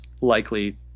likely